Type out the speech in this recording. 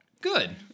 Good